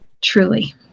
Truly